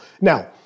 Now